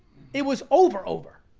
it was over over.